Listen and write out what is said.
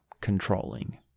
controlling